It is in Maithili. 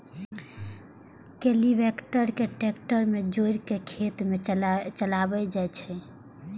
कल्टीवेटर कें ट्रैक्टर सं जोड़ि कें खेत मे चलाएल जाइ छै